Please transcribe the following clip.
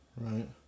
right